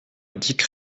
dick